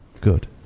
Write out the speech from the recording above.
good